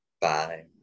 Bye